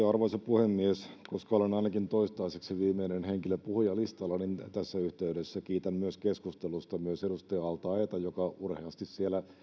arvoisa puhemies koska olen ainakin toistaiseksi viimeinen henkilö puhujalistalla niin tässä yhteydessä kiitän keskustelusta myös edustaja al taeeta joka urheasti siellä